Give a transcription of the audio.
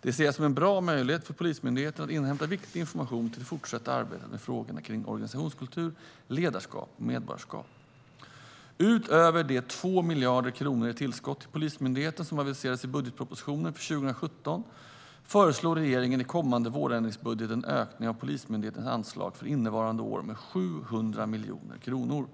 Det ser jag som en bra möjlighet för Polismyndigheten att inhämta viktig information till det fortsatta arbetet med frågorna om organisationskultur, ledarskap och medarbetarskap. Utöver de 2 miljarder kronor i tillskott till Polismyndigheten som aviserades i budgetpropositionen för 2017 föreslår regeringen i kommande vårändringsbudget en ökning av Polismyndighetens anslag för innevarande år med 700 miljoner kronor.